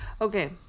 Okay